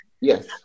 Yes